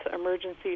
emergency